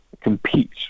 compete